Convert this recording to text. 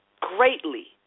greatly